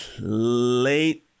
late